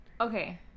Okay